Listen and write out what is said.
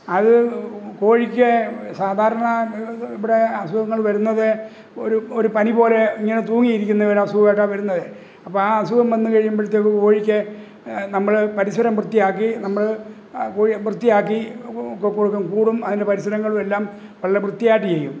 അത് കോഴിക്ക് സാധാരണ ഇവിടെ അസുഖങ്ങള് വരുന്നത് ഒരു ഒരു പനി പോലെ ഇങ്ങനെ തൂങ്ങിയിരിക്കുന്ന ഒരു അസുഖമായിട്ടാണ് വരുന്നത് അപ്പോൾ ആ അസുഖം വന്നു കഴിയുമ്പോഴത്തേക്ക് കോഴിക്ക് നമ്മൾ പരിസരം വൃത്തിയാക്കി നമ്മൾ കോഴിയെ വൃത്തിയാക്കി കൊടുക്കും കൂടും അതിന്റെ പരിസരങ്ങളുമെല്ലാം നല്ല വൃത്തിയായിട്ട് ചെയ്യും